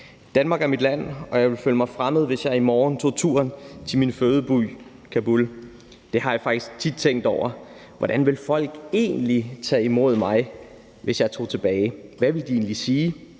Danmark er mit land, og jeg ville føle mig fremmed, hvis jeg i morgen tog turen til min fødeby Kabul. Det har jeg faktisk tit tænkt over. Hvordan ville folk egentlig tage mig imod mig, hvis jeg tog tilbage? Hvad ville de egentlig sige?